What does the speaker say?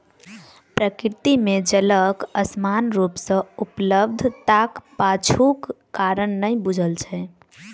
प्रकृति मे जलक असमान रूप सॅ उपलब्धताक पाछूक कारण नै बूझल छै